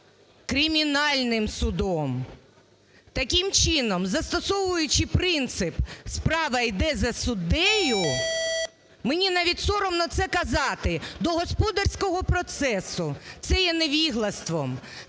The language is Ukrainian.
кримінальним судом. Таким чином, застосовуючи принцип "справа йде за суддею", мені навіть соромно це казати, до господарського процесу, це є невіглаством.